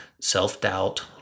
self-doubt